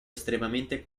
estremamente